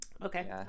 Okay